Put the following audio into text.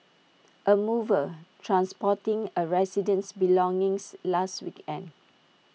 A mover transporting A resident's belongings last weekend